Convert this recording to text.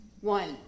One